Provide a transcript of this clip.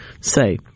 say